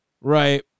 Right